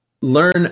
learn